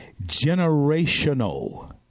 generational